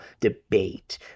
debate